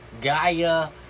Gaia